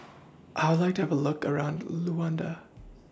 I Would like to Have A Look around Luanda